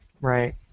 Right